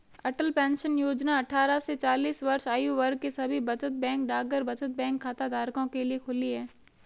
अटल pension Yojana अट्ठारह से चालीस वर्ष आयु वर्ग के सभी बचत बैंक डाकघर बचत बैंक खाताधारकों के लिए खुली है